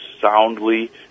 soundly